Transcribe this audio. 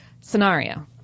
scenario